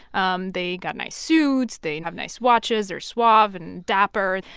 um they got nice suits. they have nice watches. they're suave and dapper.